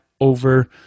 over